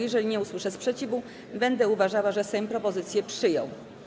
Jeżeli nie usłyszę sprzeciwu, będę uważała, że Sejm propozycję przyjął.